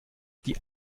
die